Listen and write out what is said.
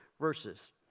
verses